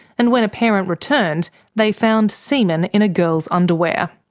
and when a parent returned they found semen in a girl's underwear.